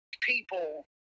people